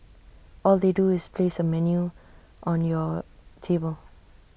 all they do is place A menu on your table